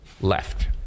left